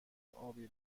ابی